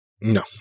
No